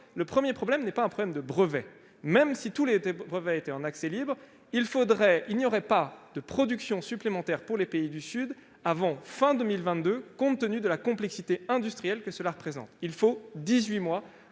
parce que ce n'est pas un problème de brevet. Même si tous les brevets étaient en accès libre, il n'y aurait pas de production supplémentaire pour les pays du Sud avant la fin de 2022, compte tenu de la complexité industrielle que cela représente. Il faut en effet